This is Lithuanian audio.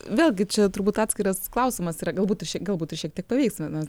vėlgi čia turbūt atskiras klausimas yra galbūt galbūt ir šiek tiek pavyksta nes